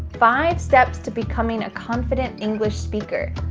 five steps to becoming a confident english speaker.